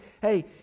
Hey